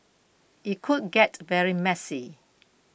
it could get very messy